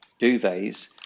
duvets